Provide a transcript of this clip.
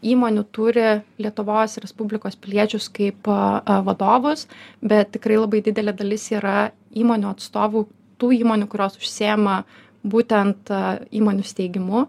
įmonių turi lietuvos respublikos piliečius kaip vadovus bet tikrai labai didelė dalis yra įmonių atstovų tų įmonių kurios užsiima būtent įmonių steigimu